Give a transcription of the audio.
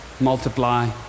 multiply